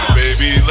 baby